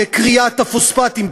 בכריית הפוספטים,